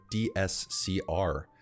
DSCR